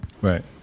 Right